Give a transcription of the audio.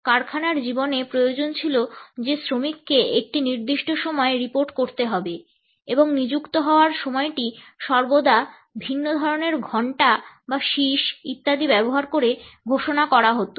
কারখানার জীবনে প্রয়োজন ছিল যে শ্রমিককে একটি নির্দিষ্ট সময়ে রিপোর্ট করতে হবে এবং নিযুক্ত হাওয়ার সময়টি সর্বদা বিভিন্ন ধরণের ঘণ্টা বা শিস ইত্যাদি ব্যবহার করে ঘোষণা করা হতো